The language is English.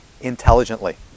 intelligently